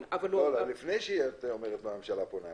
לפני שאת אומרת שהממשלה פונה אלינו,